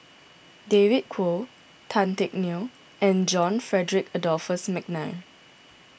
David Kwo Tan Teck Neo and John Frederick Adolphus McNair